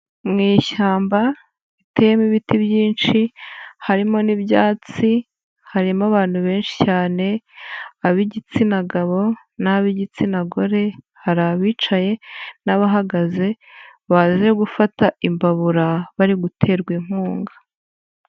Mu ishyamba riteyemo ibiti byinshi, harimo n'ibyatsi, harimo abantu benshi cyane, ab'igitsina gabo, n'abigitsina gore, hari abicaye n'abahagaze, baje gufata imbabura bari guterwa inkunga.